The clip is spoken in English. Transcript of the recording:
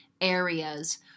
areas